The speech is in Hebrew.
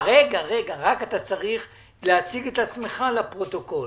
תציג את עצמך לפרוטוקול,